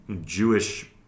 Jewish